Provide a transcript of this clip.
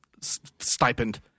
stipend